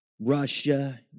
Russia